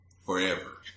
forever